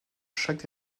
chaque